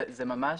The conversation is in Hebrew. זה ממש